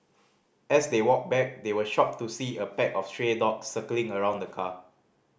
as they walked back they were shocked to see a pack of stray dogs circling around the car